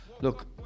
Look